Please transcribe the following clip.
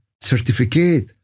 certificate